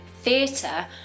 theatre